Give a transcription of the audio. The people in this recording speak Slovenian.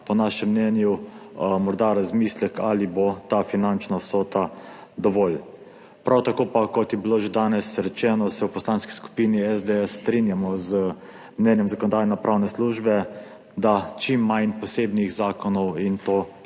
Po našem mnenju morda razmislek, ali bo ta finančna vsota dovolj. Prav tako pa, kot je bilo že danes rečeno, se v Poslanski skupini SDS strinjamo z mnenjem Zakonodajno-pravne službe, da naj bo čim manj posebnih zakonov in je